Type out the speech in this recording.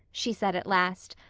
she said at last.